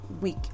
week